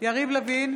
יריב לוין,